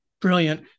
brilliant